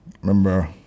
Remember